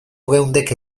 geundeke